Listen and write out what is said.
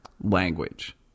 language